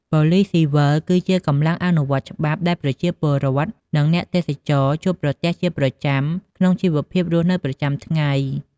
ប៉ូលិសស៊ីវិលគឺជាកម្លាំងអនុវត្តច្បាប់ដែលប្រជាពលរដ្ឋ និងអ្នកទេសចរជួបប្រទះជាប្រចាំក្នុងជីវភាពរស់នៅប្រចាំថ្ងៃ។